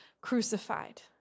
crucified